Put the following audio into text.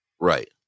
right